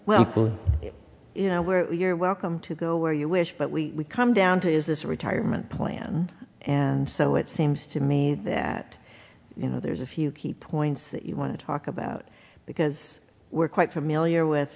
well you know where you're welcome to go where you wish but we come down to is this a retirement plan and so it seems to me that you know there's a few key points that you want to talk about because we're quite familiar with